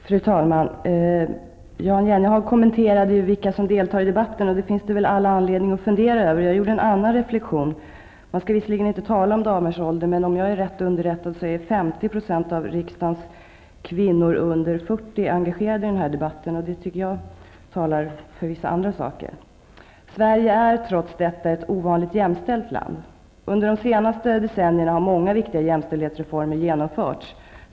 Fru talman! Jan Jennehag kommenterade vilka som deltar i debatten. Det finns all anledning att fundera över det. Jag gjorde en annan reflexion. Man skall visserligen inte tala om damers ålder, men om jag är rätt underrättad är engagerade i debatten. Det talar för vissa andra saker. Sverige är trots detta ett ovanligt jämställt land. Under de senaste decennierna har många viktiga jämställdhetsreformer genomförts.